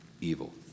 evil